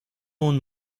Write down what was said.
اون